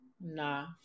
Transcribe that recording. nah